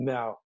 Now